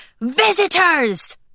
visitors